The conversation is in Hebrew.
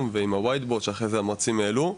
ועם ה-Whiteboard שאחרי זה המרצים העלו.